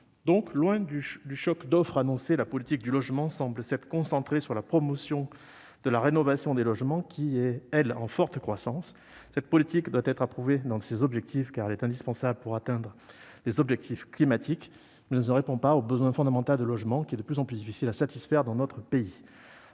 Loin du choc d'offre annoncé, la politique du logement semble s'être concentrée sur la promotion de la rénovation des logements, qui est, elle, en forte croissance. Si cette politique doit être approuvée dans ses objectifs, car elle est indispensable pour atteindre les objectifs climatiques, elle ne répond pas au besoin fondamental de logement qui est de plus en plus difficile à satisfaire dans notre pays.